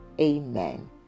Amen